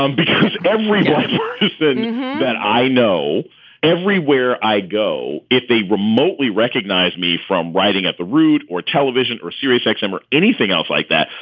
um because every black person that and that i know everywhere i go, if they remotely recognized me from writing at the route or television or sirius like xm or anything else like that.